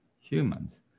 humans